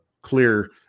Clear